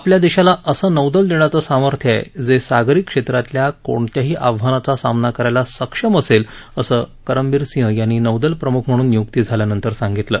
आपल्या देशाला असं नौदल देण्याचं सामर्थ्य आहे जे सागरी क्षेत्रातल्या कोणत्याही आव्हानाचा सामना करण्यास सक्षम असेल असं करमबीर सिंह यांनी नौदल प्रम्ख म्हणून निय्क्ती झाल्या नंतर सांगितलं